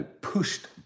pushed